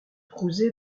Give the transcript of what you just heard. crouzet